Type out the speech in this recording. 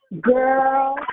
Girl